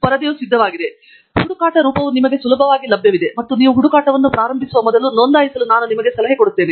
ಏಕೆಂದರೆ ಹುಡುಕಾಟ ರೂಪವು ನಿಮಗಾಗಿ ಸುಲಭವಾಗಿ ಲಭ್ಯವಿದೆ ಮತ್ತು ನೀವು ಹುಡುಕಾಟವನ್ನು ಪ್ರಾರಂಭಿಸುವ ಮೊದಲು ನೋಂದಾಯಿಸಲು ನಾನು ನಿಮಗೆ ಸಲಹೆ ಮಾಡಬಹುದು